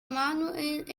manuel